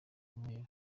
umwere